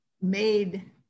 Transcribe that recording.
made